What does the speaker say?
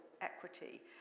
equity